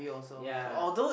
yea